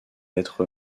être